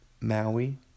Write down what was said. Maui